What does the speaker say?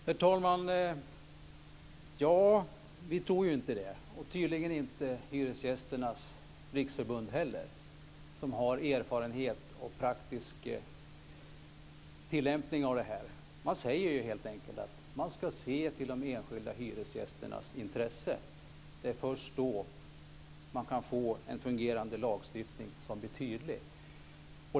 Herr talman! Vi tror inte att det räcker. Det gör tydligen inte Hyresgästernas Riksförbund heller, som har erfarenhet av praktisk tillämpning av detta. Det är först när man säger att man ska se till de enskilda hyresgästernas intresse som man kan få en fungerande och tydlig lagstiftning.